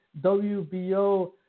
WBO